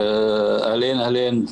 אהלן, אהלן.